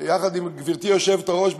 יחד עם גברתי היושבת-ראש,